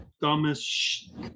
dumbest